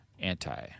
Anti